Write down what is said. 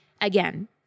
again